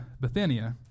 Bithynia